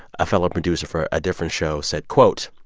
a fellow producer for a different show said, quote,